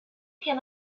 can